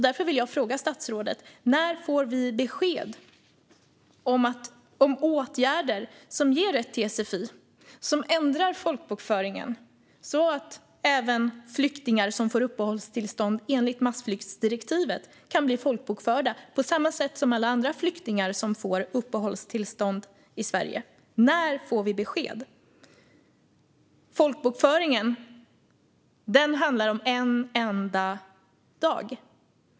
Därför vill jag fråga statsrådet: När får vi besked om åtgärder som ger rätt till sfi och som ändrar folkbokföringen så att även flyktingar som får uppehållstillstånd enligt massflyktsdirektivet kan bli folkbokförda på samma sätt som alla andra flyktingar som får uppehållstillstånd i Sverige? När får vi besked? Folkbokföringen handlar om en enda dag.